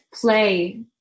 play